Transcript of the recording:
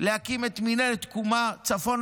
להקים את מינהלת תקומה צפון.